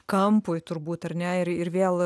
kampui turbūt ar ne ir ir vėl